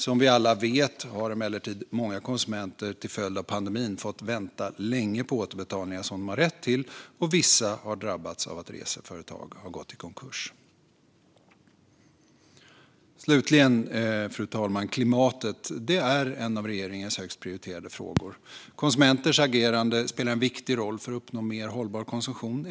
Som vi alla vet har emellertid många konsumenter till följd av pandemin fått vänta länge på återbetalningar som de har rätt till, och vissa har drabbats av att reseföretag har gått i konkurs. Slutligen, fru talman, handlar det om klimatet. Det är en av regeringens högst prioriterade frågor. Konsumenters agerande spelar en viktig roll för att uppnå mer hållbar konsumtion.